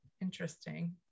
interesting